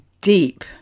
deep